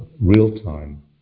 real-time